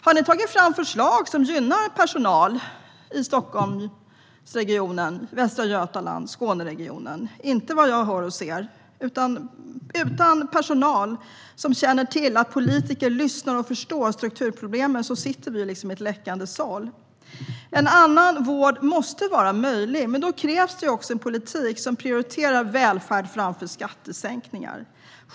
Har ni tagit fram förslag som gynnar personal i Stockholmsregionen, Västra Götaland och Skåneregionen? Inte vad jag hör och ser. Utan personal som känner att politiker lyssnar och förstår strukturproblemen sitter vi i ett läckande såll. En annan vård måste vara möjlig, men då krävs en politik som prioriterar välfärd framför skattesänkningar.